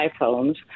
iPhones